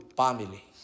family